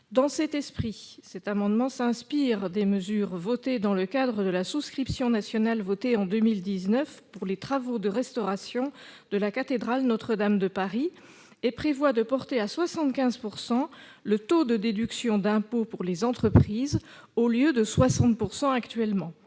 nous proposons s'inspire des mesures votées dans le cadre de la souscription nationale lancée en 2019 pour les travaux de restauration de la cathédrale Notre-Dame de Paris : il s'agit de porter à 75 % le taux de déduction d'impôts pour les entreprises, au lieu de 60 % actuellement.